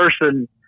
person